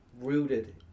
rooted